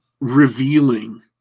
revealing